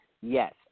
yes